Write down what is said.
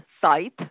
site